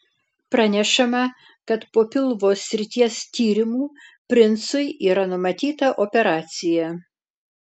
pranešama kad po pilvo srities tyrimų princui yra numatyta operacija